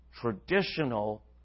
traditional